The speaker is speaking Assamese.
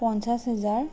পঞ্চাছ হাজাৰ